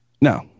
No